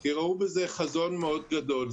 כי ראו בזה חזון מאוד גדול.